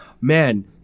man